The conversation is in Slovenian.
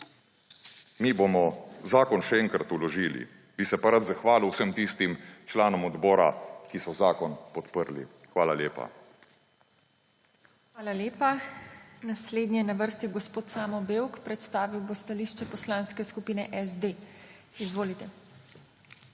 mi bomo zakon še enkrat vložili. Bi se pa rad zahvalil v sem tistim članom odbora, ki so zakon podprli. Hvala lepa. PODPREDSEDNICA TINA HEFERLE: Hvala lepa. Naslednji je na vrsti gospod Samo Bevk, predstavil bo stališče Poslanske skupine SD. Izvolite.